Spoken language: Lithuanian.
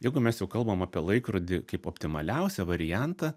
jeigu mes jau kalbam apie laikrodį kaip optimaliausią variantą